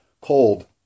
cold